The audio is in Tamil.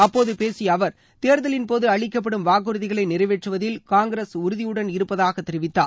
அப்போது பேசிய அவர் தேர்தலின் போது அளிக்கப்படும் வாக்குறுதிகளை நிறைவேற்றுவதில் காங்கிரஸ் உறுதியுடன் இருப்பதாக அவர் தெரிவித்தார்